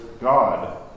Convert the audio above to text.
God